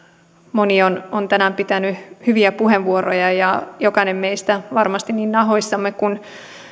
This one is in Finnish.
moni on on tänään pitänyt hyviä puheenvuoroja ja jokainen meistä varmasti niin nahoissaan kuin